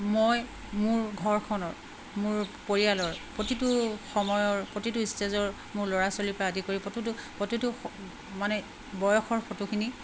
মই মোৰ ঘৰখনৰ মোৰ পৰিয়ালৰ প্ৰতিটো সময়ৰ প্ৰতিটো ষ্টেজৰ মোৰ ল'ৰা ছোৱালীৰ পৰা আদি কৰি প্ৰতিটো প্ৰতিটো মানে বয়সৰ ফটোখিনি